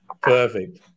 Perfect